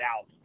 out